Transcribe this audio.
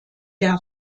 der